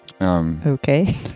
Okay